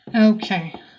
okay